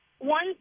one